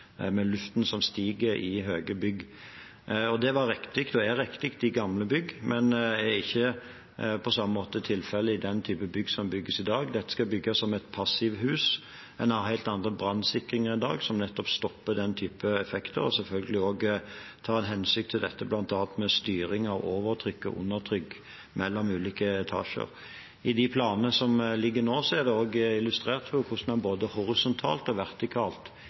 luften som stiger i høye bygg. Det er riktig når det gjelder gamle bygg, men det er ikke på samme måte tilfelle i den typen bygg som bygges i dag. Dette skal bygges som et passivhus, og man har en helt annen brannsikring i dag, som nettopp stopper den typen effekter, og som selvfølgelig tar hensyn til dette med styring av overtrykk og undertrykk mellom ulike etasjer. I de planene som ligger nå, er det illustrert hvordan man både horisontalt og vertikalt